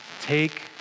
Take